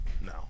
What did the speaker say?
No